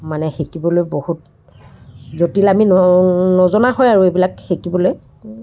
মানে শিকিবলৈ বহুত জটিল আমি ন নজনা হয় আৰু এইবিলাক শিকিবলৈ